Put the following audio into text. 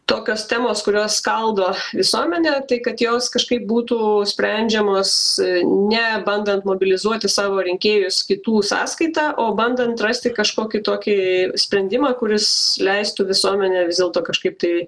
tokios temos kurios skaldo visuomenę tai kad jos kažkaip būtų sprendžiamos ne bandant mobilizuoti savo rinkėjus kitų sąskaita o bandant rasti kažkokį tokį sprendimą kuris leistų visuomenę vis dėlto kažkaip tai